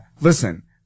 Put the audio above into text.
listen